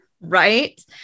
Right